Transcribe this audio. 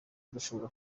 dushobora